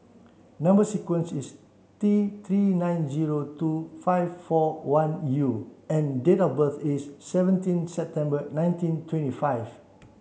number sequence is T three nine zero two five four one U and date of birth is seventeen September nineteen twenty five